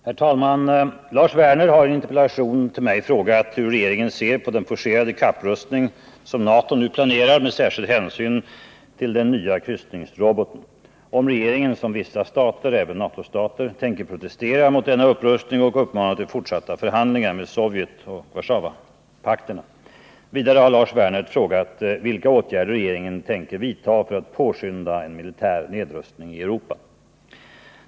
Herr talman! Lars Werner har i en interpellation till mig frågat hur regeringen ser på den forcerade kapprustning som NATO nu planerar, med särskild hänsyn till den nya kryssningsroboten, om regeringen — som vissa stater, även NATO-stater — tänker protestera mot denna upprustning och uppmana till fortsatta förhandlingar med Sovjet och Warszawapakten. Vidare har Lars Werner frågat vilka åtgärder regeringen tänker vidta för att påskynda en militär nedrustning i Europa.